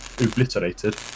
Obliterated